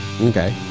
Okay